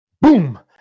boom